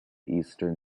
eastern